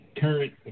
current